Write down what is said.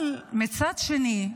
אבל מצד שני,